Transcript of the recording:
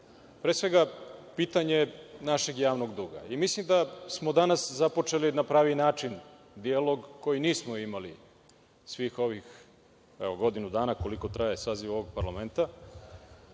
pre svega pitanje našeg javnog duga. Mislim da smo danas započeli na pravi način dijalog koji nismo imali svih ovih godinu dana, koliko traje saziv ovog parlamenta.